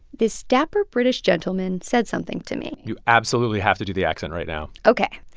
this dapper british gentleman said something to me you absolutely have to do the accent right now ok.